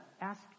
ask